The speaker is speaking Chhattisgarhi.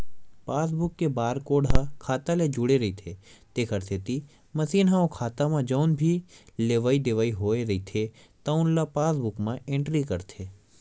पासबूक के बारकोड ह खाता ले जुड़े रहिथे तेखर सेती मसीन ह ओ खाता म जउन भी लेवइ देवइ होए रहिथे तउन ल पासबूक म एंटरी करथे